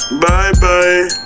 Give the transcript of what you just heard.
Bye-bye